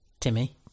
Timmy